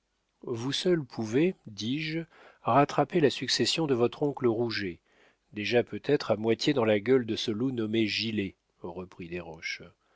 vous seul pouvez dis-je rattraper la succession de votre oncle rouget déjà peut-être à moitié dans la gueule de ce loup nommé gilet reprit desroches